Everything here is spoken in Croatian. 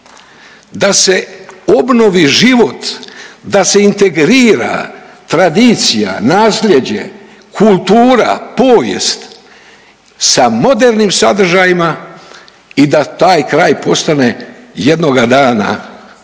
da se obnovi život, da se integrira tradicija, nasljeđe, kultura, povijest sa modernim sadržajima i da taj kraj postane jednoga dana privlačan